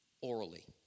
orally